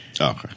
Okay